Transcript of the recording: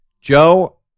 Joe